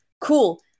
cool